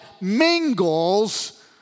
mingles